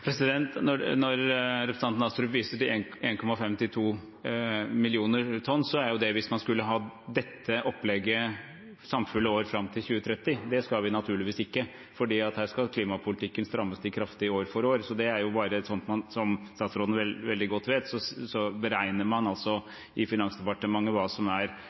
Når representanten Astrup viser til 1,5–2 millioner tonn, gjelder jo det hvis man skulle ha dette opplegget samfulle år fram til 2030. Det skal vi naturligvis ikke, for her skal klimapolitikken strammes til kraftig år for år. Som statsråden veldig godt vet, beregner man altså i Finansdepartementet hva som ville vært virkningen dersom dette gjentas år for år. Men det har vi ingen planer om, for vi skal definitivt stramme til dette på en rekke områder. Så er